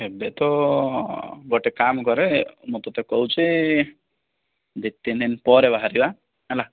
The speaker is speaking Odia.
ଏବେ ତ ଗୋଟେ କାମ କରେ ମୁଁ ତୋତେ କହୁଛି ଦୁଇ ତିନି ଦିନ ପରେ ବାହାରିବା ହେଲା